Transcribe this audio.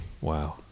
wow